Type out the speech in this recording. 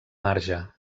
marge